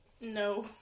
No